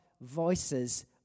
voices